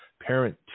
parent